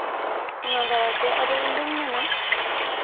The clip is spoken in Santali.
ᱚᱱᱟ ᱫᱟᱨᱟᱭᱛᱮ ᱟᱫᱚ ᱤᱧᱫᱚᱧ ᱢᱮᱱᱟ